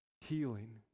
healing